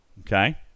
Okay